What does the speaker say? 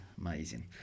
amazing